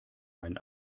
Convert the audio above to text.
ein